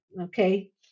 okay